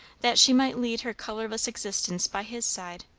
that she might lead her colourless existence by his side.